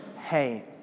hey